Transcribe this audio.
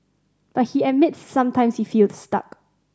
but he admits sometimes he feels stuck